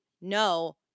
no